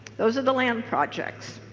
those are the land projects.